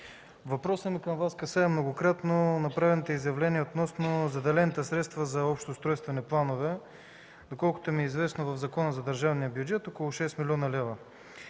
Въпросът ми към Вас касае многократно направените изявления относно заделените средства за общи устройствени планове – доколкото ми е известно в Закона за държавния бюджет, около 6 млн. лв.